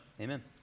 Amen